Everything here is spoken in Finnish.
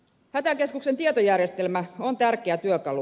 hätäkeskuksen tietojärjestelmä on tärkeä työkalu